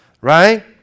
right